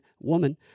woman